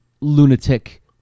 lunatic